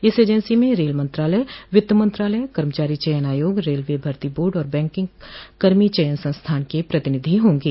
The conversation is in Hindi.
इस एजेंसी में रेल मंत्रालय वित्त मंत्रालय कर्मचारी चयन आयोग रेलवे भर्ती बोर्ड और बैंकिंग कर्मा चयन संस्थान के प्रतिनिधि होंगे